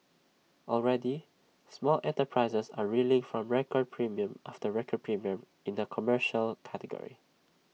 already small enterprises are reeling from record premium after record premium in the commercial category